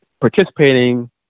participating